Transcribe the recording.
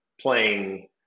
playing